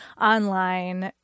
online